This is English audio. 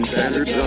Standard